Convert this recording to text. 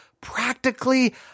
practically